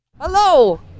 Hello